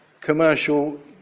commercial